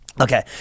Okay